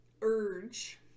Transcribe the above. urge